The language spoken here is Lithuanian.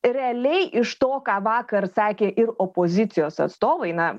realiai iš to ką vakar sakė ir opozicijos atstovai na